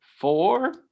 four